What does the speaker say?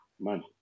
Man